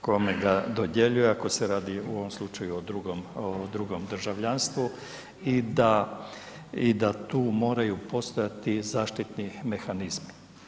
kome ga dodjeljuje ako se radi u ovom slučaju o drugom, o drugom državljanstvu i da tu moraju postojati zaštiti mehanizmi.